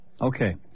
Okay